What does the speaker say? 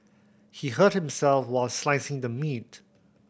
he hurt himself while slicing the meat